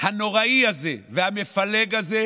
הנוראי הזה והמפלג הזה,